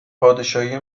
پادشاهی